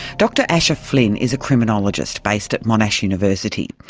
dr asher flynn is a criminologist based at monash university.